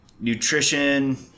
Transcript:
nutrition